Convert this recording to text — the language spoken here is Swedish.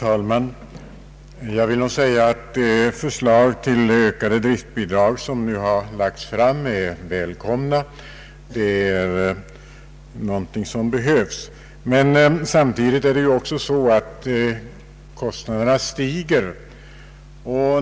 Herr talman! De förslag till ökade driftbidrag, som nu har lagts fram, är välkomna och behövs. Men samtidigt stiger kostnaderna.